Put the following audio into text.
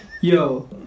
Yo